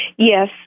Yes